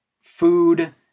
food